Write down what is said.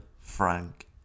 Frank